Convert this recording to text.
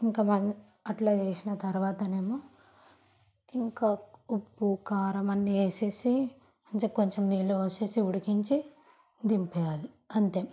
ఇంకా అలా చేసిన తరువాత ఏమో ఇంకా ఉప్పు కారం అన్ని వేసేసి కొంచెం కొంచెం నీళ్ళు పోసేసి ఉడికించి దింపేయాలి అంతే